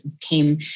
came